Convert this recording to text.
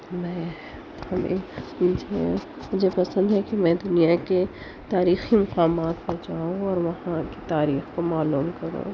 میں بیچ میں مجھے پسند ہے کہ میں دنیا کے تاریخی مقامات پر جاؤں اور وہاں کی تاریخ کو معلوم کروں